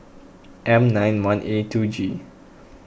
M nine one A two G